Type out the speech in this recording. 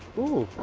ooh.